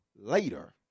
later